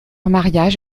mariage